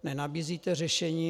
Nenabízíte řešení.